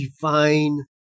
divine